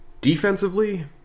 Defensively